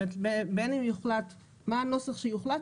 בין אם יוחלט מה הנוסח שיוחלט,